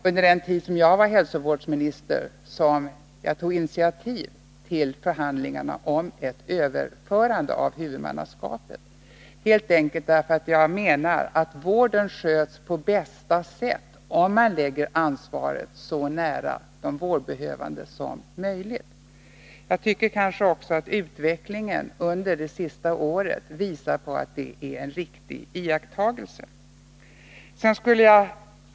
Under den tid som jag var hälsovårdsminister tog jag initiativ till förhandlingarna om ett överförande av huvudmannaskapet helt enkelt därför att jag menar att vården sköts på bästa sätt, om man lägger ansvaret så nära de vårdbehövande som möjligt. Jag tycker kanske också att utvecklingen under det senaste året har visat att detta är en riktig iakttagelse.